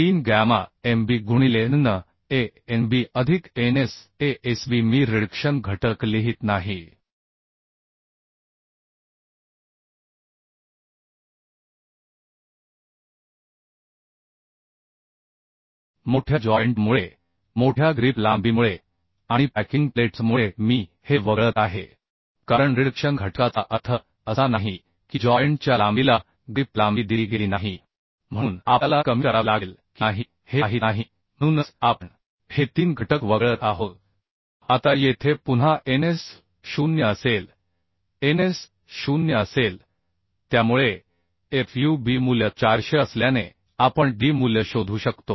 3 gamma mb गुणिले nn Anb अधिक ns Asb मी रिडक्शन घटक लिहीत नाही मोठ्या जॉइंट मुळे मोठ्या ग्रिप लांबीमुळे आणि पॅकिंग प्लेट्समुळे मी हे वगळत आहे कारण रिडक्शन घटकाचा अर्थ असा नाही की जॉइंट च्या लांबीला ग्रिप लांबी दिली गेली नाही म्हणून आपल्याला कमी करावे लागेल की नाही हे माहित नाही म्हणूनच आपण हे तीन घटक वगळत आहोत आता येथे पुन्हा ns 0 असेल ns 0 असेल त्यामुळे fub मूल्य 400 असल्याने आपण डी मूल्य शोधू शकतो